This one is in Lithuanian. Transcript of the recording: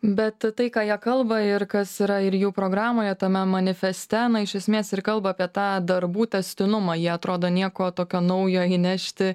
bet tai ką jie kalba ir kas yra ir jų programoje tame manifeste iš esmės ir kalba apie tą darbų tęstinumą jie atrodo nieko tokio naujo įnešti